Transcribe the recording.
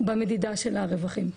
במדידה של הרווחים.